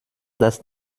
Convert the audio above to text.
das